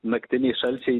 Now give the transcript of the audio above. naktiniai šalčiai